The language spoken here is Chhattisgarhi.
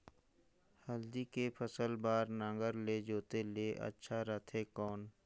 हल्दी के फसल बार नागर ले जोते ले अच्छा रथे कौन?